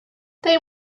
they